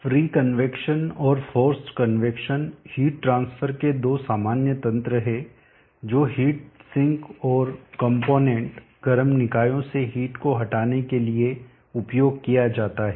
free convection और forced convection heat transfer के दो सामान्य तंत्र हैं जो हिट सिंक और कंपोनेंट गर्म निकायों से हिट को हटाने के लिए उपयोग किया जाता है